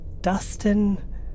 Dustin